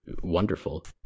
Wonderful